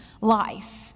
life